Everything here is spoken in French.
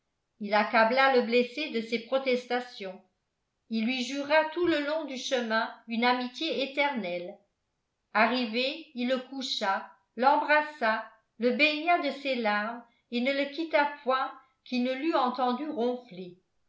il accabla le blessé de ses protestations et lui jura tout le long du chemin une amitié éternelle arrivé il le coucha l'embrassa le baigna de ses larmes et ne le quitta point qu'il ne l'eût entendu ronfler